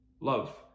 love